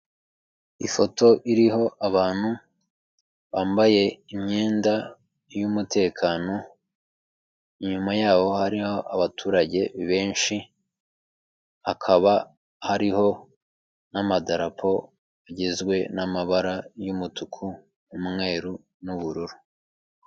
Ifoto iriho abantu bambaye imyenda y'umutekano, inyuma yaho hariho abaturage benshi, hakaba hariho n'amadarapo agizwe n'amabara y'umutuku n'umweru n'ubururu.